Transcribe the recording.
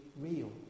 real